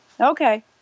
Okay